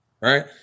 right